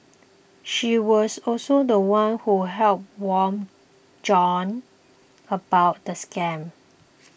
she was also the one who helped warn John about the scam